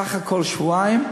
בסך הכול שבועיים,